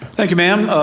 thank you, ma'am.